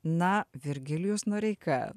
na virgilijus noreika